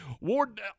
Ward